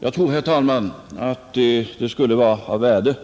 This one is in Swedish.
Jag tror, herr talman, att det skulle vara av värde